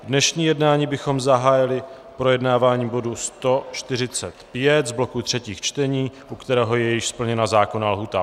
Dnešní jednání bychom zahájili projednáváním bodu 145 z bloku třetích čtení, u kterého je již splněna zákonná lhůta.